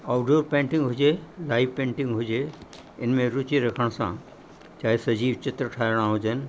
outdoor painting हुजे live painting हुजे इन में रुचि रखण सां चाहे सजीव चित्र ठाहिणा हुजनि